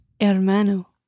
Hermano